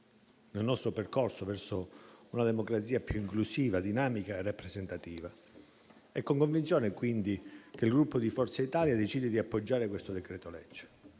nel nostro percorso verso una democrazia più inclusiva, dinamica e rappresentativa. È con convinzione, quindi, che il Gruppo Forza Italia voterà a favore. Questo voto non